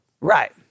Right